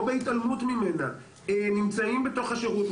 או בהתעלמות ממנה נמצאים בתוך השירות,